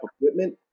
equipment